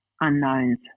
unknowns